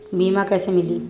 बीमा कैसे मिली?